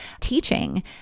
teaching